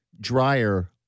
dryer